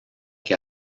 que